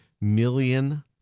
million